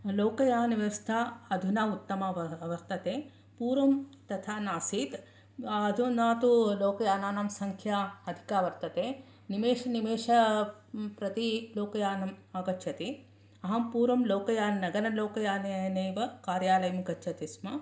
लोकयानव्यवस्था अधुना उत्तमा वर्तते पूर्वं तथा नासीत् अधुना तु लोकयानां संख्या अधिकाः वर्तते निमेषं प्रति लोकयानं आगच्छति अहं पूर्वं लोकयान नगरलोकयानेनेव कार्यालयं गच्छति स्म